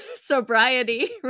sobriety